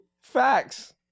Facts